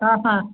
ಹಾಂ ಹಾಂ